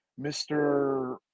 Mr